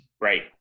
Right